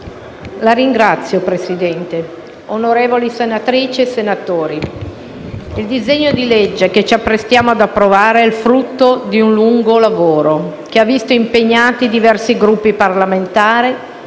Signor Presidente, onorevoli senatrici e senatori, il disegno di legge che ci apprestiamo ad approvare è il frutto di un lungo lavoro, che ha visto impegnati diversi Gruppi parlamentari,